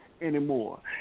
anymore